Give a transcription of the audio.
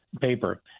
paper